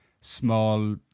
small